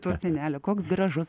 to senelio koks gražus